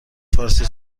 فارسی